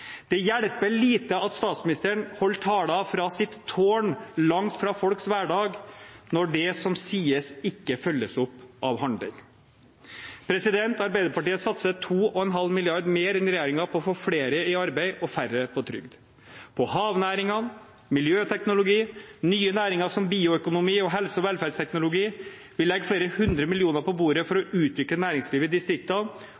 Det hjelper lite at statsministeren holder taler fra sitt tårn langt fra folks hverdag, når det som sies, ikke følges opp av handling. Arbeiderpartiet satser 2,5 mrd. kr mer enn regjeringen på å få flere i arbeid og færre på trygd, på havnæringene, miljøteknologi, nye næringer som bioøkonomi og helse- og velferdsteknologi. Vi legger flere hundre millioner på bordet for